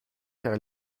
car